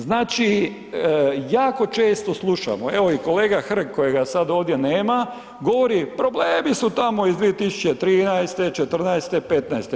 Znači, jako često slušamo, evo i kolega Hrg kojega sad ovdje nema govori, problemi su iz 2013., 14., 15.